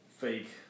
fake